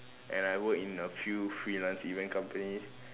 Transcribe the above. and I work in a few freelance event companies